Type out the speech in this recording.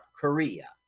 Korea